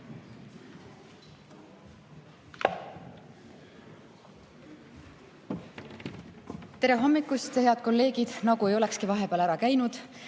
Tere hommikust, head kolleegid! Nagu ei olekski vahepeal ära käinud.